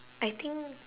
I think